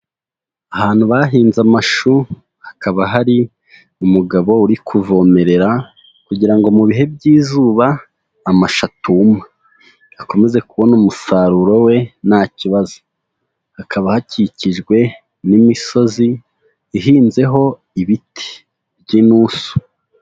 Ahantu bahinze amashu, hakaba hari umugabo uri kuvomerera kugira ngo mu bihe by'izuba amashu atuma, akomeze kubona umusaruro we nta kibazo, hakaba hakikijwe n'imisozi ihinzeho ibiti by'inturusu.